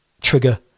Trigger